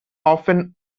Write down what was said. often